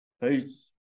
Peace